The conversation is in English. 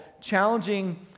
challenging